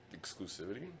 Exclusivity